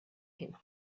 him